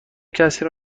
کسی